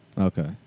Okay